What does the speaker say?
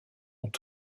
ont